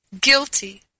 guilty